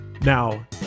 Now